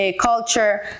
culture